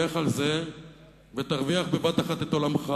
לך על זה ותרוויח בבת-אחת את עולמך: